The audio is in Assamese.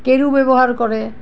কেৰু ব্যৱহাৰ কৰে